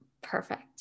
perfect